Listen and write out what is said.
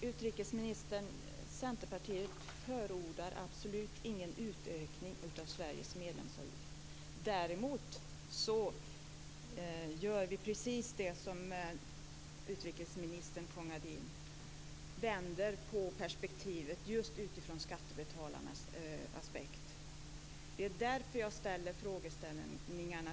Herr talman! Centerpartiet förordar, utrikesministern, absolut inte en ökning av Sveriges medlemsavgift. Däremot gör vi precis det som utrikesministern fångade in, nämligen vänder på perspektivet just från skattebetalarnas aspekt. Det är därför som jag har frågor till utrikesministern.